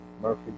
Murphy